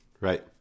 right